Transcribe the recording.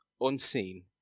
unseen